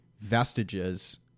vestiges